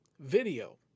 video